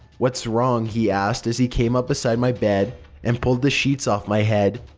what's wrong? he asked as he came up beside my bed and pulled the sheets off my head.